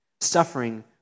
Suffering